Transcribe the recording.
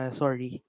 sorry